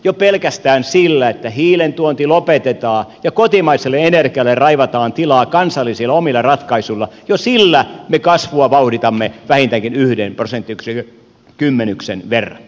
jo pelkästään sillä että hiilen tuonti lopetetaan ja kotimaiselle energialle raivataan tilaa kansallisilla omilla ratkaisuilla me vauhditamme kasvua vähintäänkin yhden prosenttiyksikön kymme nyksen verran